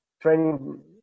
training